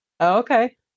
Okay